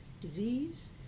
disease